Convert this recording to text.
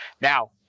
Now